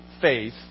faith